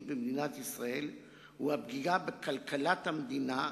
במדינת ישראל הוא הפגיעה בכלכלת המדינה,